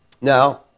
Now